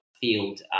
field